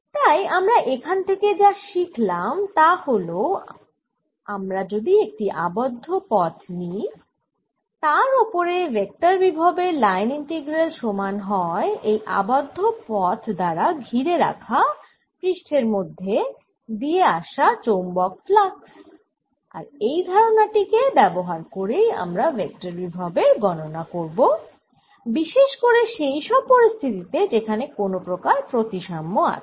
তাই আমরা এখান থেকে যা শিখলাম তা হল আমরা যদি একটি আবদ্ধ পথ নিই তার ওপরে ভেক্টর বিভবের লাইন ইন্টিগ্রালের সমান হয় এই আবদ্ধ পথ দ্বারা ঘিরে রাখা পৃষ্ঠের মধ্যে দিয়ে আসা চৌম্বক ফ্লাক্স আর এই ধারনা টি কে ব্যবহার করেই আমরা ভেক্টর বিভবের গণনা করব বিশেষ করে সেই সব পরিস্থিতি তে যেখানে কোন প্রকার প্রতিসাম্য আছে